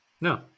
No